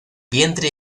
vientre